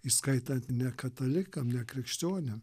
įskaitant ne katalikam ne krikščionim